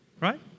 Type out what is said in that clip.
right